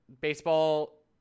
Baseball